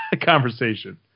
conversation